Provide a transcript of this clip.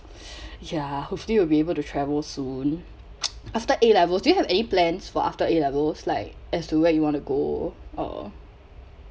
ya hopefully we'll be able to travel soon after a levels do you have any plans for after a levels like as to where you want to go or